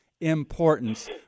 importance